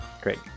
Great